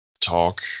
talk